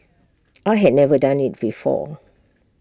I had never done IT before